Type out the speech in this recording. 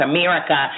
America